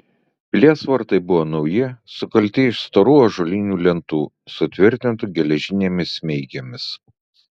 pilies vartai buvo nauji sukalti iš storų ąžuolinių lentų sutvirtintų geležinėmis smeigėmis